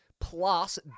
plus